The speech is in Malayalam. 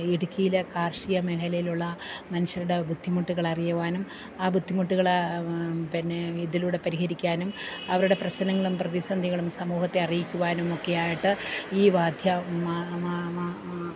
ഇടുക്കിയിലെ കാർഷിക മേഖലയിലുള്ള മനുഷ്യരുടെ ബുദ്ധിമുട്ടുകൾ അറിയുവാനും ആ ബുദ്ധിമുട്ടുകളെ പിന്നെ ഇതിലൂടെ പരിഹരിക്കാനും അവരുടെ പ്രശ്നങ്ങളും പ്രതിസന്ധികളും സമൂഹത്തെ അറിയിക്കുവാനും ഒക്കെ ആയിട്ട് ഈ വാർത്ത